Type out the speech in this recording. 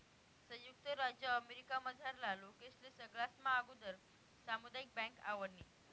संयुक्त राज्य अमेरिकामझारला लोकेस्ले सगळास्मा आगुदर सामुदायिक बँक आवडनी